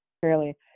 Fairly